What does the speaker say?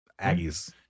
Aggies